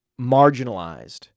marginalized